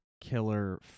killer